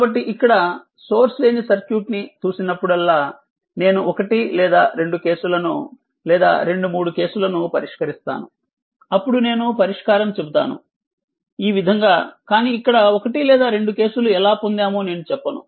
కాబట్టి ఇక్కడ సోర్స్ లేని సర్క్యూట్ ని చూసినప్పుడల్లా నేను ఒకటి లేదా రెండు కేసులను లేదా రెండు మూడు కేసులను పరిష్కరిస్తాను అప్పుడు నేను పరిష్కారం చెబుతాను ఈ విధంగా కానీ ఇక్కడ ఒకటి లేదా రెండు కేసులు ఎలా పొందామో నేను చెప్పను